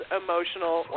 emotional